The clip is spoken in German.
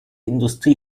industrie